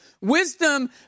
wisdom